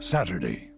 Saturday